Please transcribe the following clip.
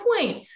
point